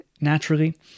naturally